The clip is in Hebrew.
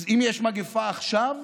אם יש מגפה עכשיו,